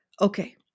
Okay